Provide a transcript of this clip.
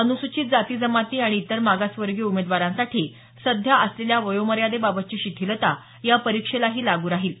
अनुसूचित जातीजमाती आणि इतर मागासवर्गीय उमेदवारांसाठी सध्या असलेल्या वयोमर्यादेबाबतची शिथिलता या परीक्षेलाही लागू राहील